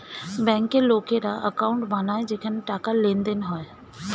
ব্যাংকে লোকেরা অ্যাকাউন্ট বানায় যেখানে টাকার লেনদেন হয়